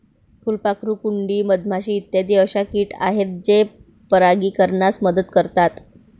फुलपाखरू, कुंडी, मधमाशी इत्यादी अशा किट आहेत जे परागीकरणास मदत करतात